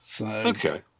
Okay